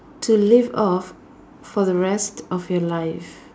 to live off for the rest of your life